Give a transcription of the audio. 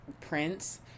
prince